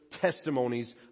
testimonies